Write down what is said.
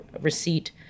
receipt